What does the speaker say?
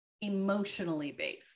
emotionally-based